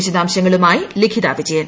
വിശദാംശങ്ങളുമായി ലിഖിത വിജയൻ